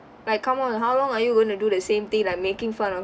like come on how long are you going to do the same thing like making fun of